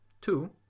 Two